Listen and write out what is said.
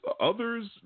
Others